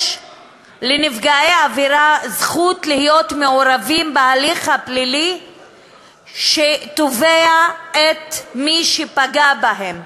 יש לנפגעי עבירה זכות להיות מעורבים בהליך הפלילי שתובע את מי שפגע בהם,